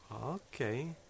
Okay